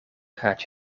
gaat